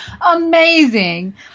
amazing